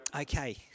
Okay